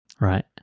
right